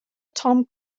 tom